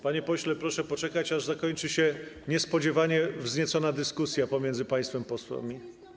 Panie pośle, proszę poczekać, aż zakończy się niespodziewanie wzniecona dyskusja pomiędzy państwem posłami.